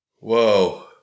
Whoa